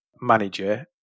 manager